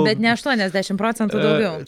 bet ne aštuoniasdešimt procentų daugiau